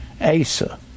Asa